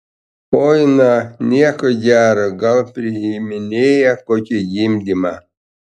oi na nieko gero gal priiminėja kokį gimdymą